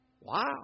Wow